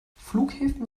flughäfen